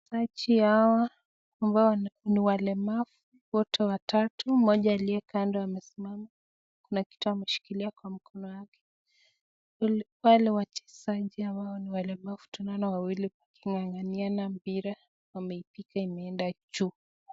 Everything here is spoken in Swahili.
Wachezaji hawa ambao ni walemavu wote watatu, mmoja aliyekando amesimama kuna kitu ameshikilia kwa mkono wake. Wale wachezaji ambao ni walemavu, tunaona waking'ang'aniana mpira wameupiga unaenda juu.